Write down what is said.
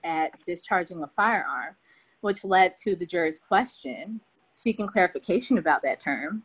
at this charging the firearm which led to the jury's question seeking clarification about that term